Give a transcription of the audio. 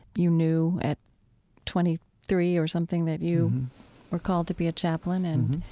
you knew at twenty three or something that you were called to be a chaplain, and